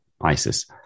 ISIS